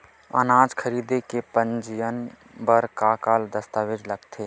अनाज खरीदे के पंजीयन बर का का दस्तावेज लगथे?